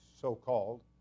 so-called